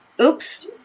oops